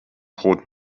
brot